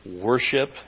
worship